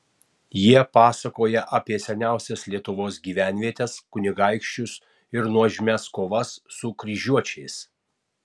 jie pasakoja apie seniausias lietuvos gyvenvietes kunigaikščius ir nuožmias kovas su kryžiuočiais